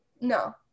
no